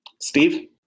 Steve